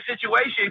situation